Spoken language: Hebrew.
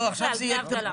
בכלל דמי אבטלה.